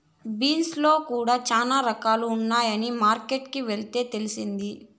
beans లో కూడా చానా రకాలు ఉన్నాయని మార్కెట్ కి వెళ్తే తెలిసింది